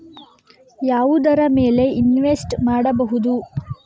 ಯಾವುದರ ಮೇಲೆ ಇನ್ವೆಸ್ಟ್ ಮಾಡಬಹುದು?